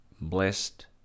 blessed